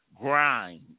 grind